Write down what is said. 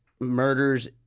Murders